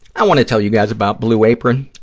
i want to tell you guys about blue apron.